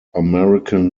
american